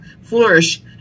Flourish